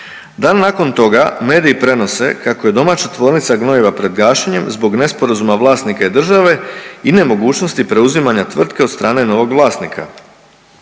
Dan nakon toga mediji prenose kako je domaća tvornica gnojiva pred gašenjem zbog nesporazuma vlasnika i države i nemogućnosti preuzimanja tvrtke od strane novog vlasnika.